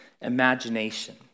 imagination